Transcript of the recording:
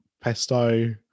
pesto